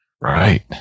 Right